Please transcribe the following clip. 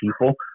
people